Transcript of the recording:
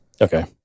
Okay